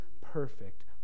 perfect